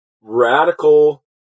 radical